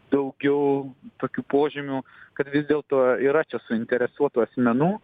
daugiau tokių požymių kad vis dėlto yra čia suinteresuotų asmenų